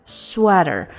sweater